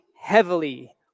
heavily